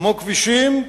כמו כבישים,